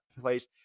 place